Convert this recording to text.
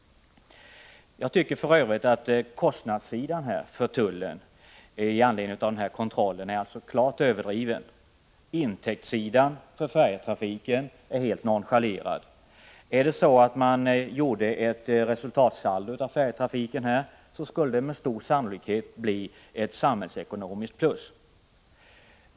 Jag tycker för övrigt att kostnaderna för tullen med anledning av den här kontrollen är klart överdrivna. Intäktssidan för färjetrafiken är helt nonchalerad. Om man gjorde ett resultatsaldo av färjetrafiken skulle man med stor sannolikhet finna att det blir ett samhällsekonomiskt plus.